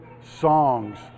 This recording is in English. songs